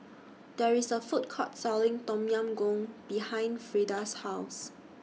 There IS A Food Court Selling Tom Yam Goong behind Freeda's House